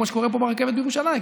כמו שקורה פה ברכבת בירושלים.